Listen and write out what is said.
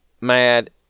mad